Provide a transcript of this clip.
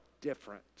different